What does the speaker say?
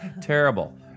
Terrible